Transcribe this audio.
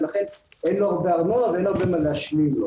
ולכן אין לו הרבה ארנונה ואין הרבה מה להשלים לו.